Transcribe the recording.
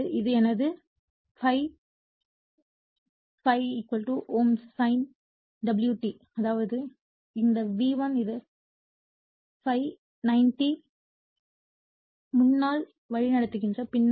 அதாவது இது எனது ∅∅ ∅m sinω t அதாவது இந்த V1 இந்த ∅ 90 o முன்னால் வழிநடத்துகிறது பின்னர் V1 E1